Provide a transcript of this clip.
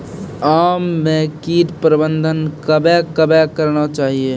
आम मे कीट प्रबंधन कबे कबे करना चाहिए?